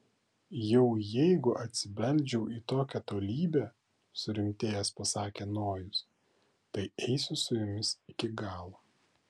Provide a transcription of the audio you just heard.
jau jeigu atsibeldžiau tokią tolybę surimtėjęs pasakė nojus tai eisiu su jumis iki galo